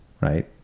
right